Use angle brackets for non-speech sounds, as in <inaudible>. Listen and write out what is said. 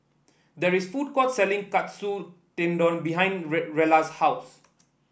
there is a food court selling Katsu Tendon behind <unintelligible> Rella's house